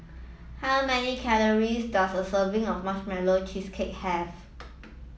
how many calories does a serving of marshmallow cheesecake have